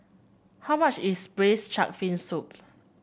how much is braise shark fin soup